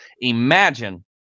Imagine